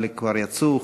חלק כבר יצאו,